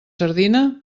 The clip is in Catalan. sardina